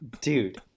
dude